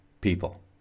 people